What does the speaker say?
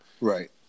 right